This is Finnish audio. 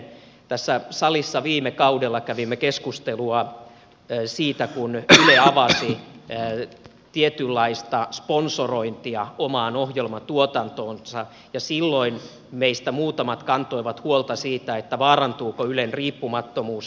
tässä salissa viime kaudella kävimme keskustelua siitä kun yle avasi tietynlaista sponsorointia omaan ohjelmatuotantoonsa ja silloin meistä muutamat kantoivat huolta siitä vaarantuuko ylen riippumattomuus